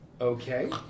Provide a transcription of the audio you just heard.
Okay